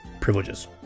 privileges